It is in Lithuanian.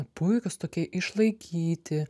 puikūs tokie išlaikyti